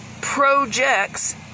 projects